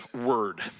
word